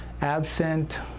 absent